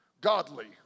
godly